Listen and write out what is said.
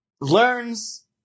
learns